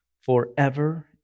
forever